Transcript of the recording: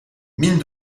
mines